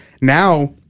now